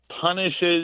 punishes